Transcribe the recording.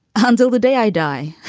until the day i die,